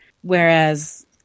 Whereas